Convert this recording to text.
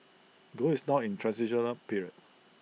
gold is now in transitional period